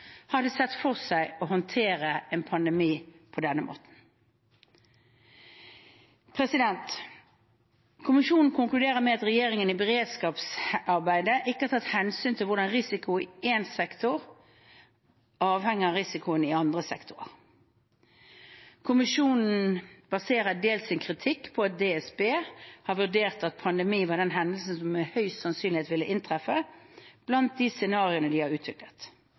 hadde sett for seg å håndtere en pandemi på denne måten. Kommisjonen konkluderer med at regjeringen i beredskapsarbeidet ikke har tatt hensyn til hvordan risiko i én sektor avhenger av risiko i andre sektorer. Kommisjonen baserer dels sin kritikk på at DSB har vurdert at pandemi var den hendelsen som med høyest sannsynlighet ville inntreffe, blant de scenarioer de har utviklet.